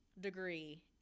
degree